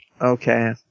Okay